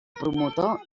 promotor